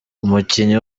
umukinnyi